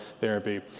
therapy